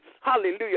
hallelujah